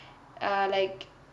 err like